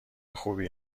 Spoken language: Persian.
خوبی